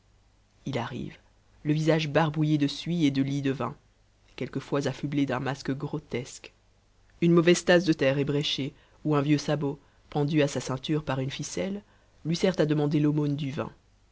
il arrive le visage barbouillé de suie et de lie de vin quelquefois affublé d'un masque grotesque une mauvaise tasse de terre ébréchée ou un vieux sabot pendu à sa ceinture par une ficelle lui sert à demander l'aumône du vin